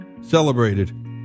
celebrated